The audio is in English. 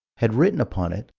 had written upon it,